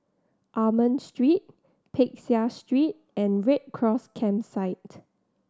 Almond Street Peck Seah Street and Red Cross Campsite